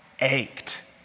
ached